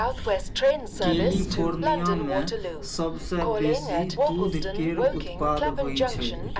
California मे सबसँ बेसी दूध केर उत्पाद होई छै